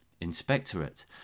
inspectorate